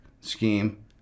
scheme